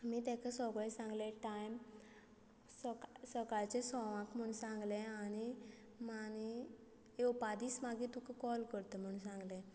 आमी ताका सगळें सांगलें टायम सका सकाळचे संवाक म्हूण सांगलें आनी आनी येवपा दीस मागीर तुका कॉल करता म्हण सांगलें